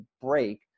break